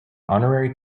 honorary